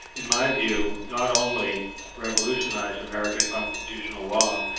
in my view, not only revolutionise american constitutional law,